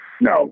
no